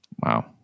Wow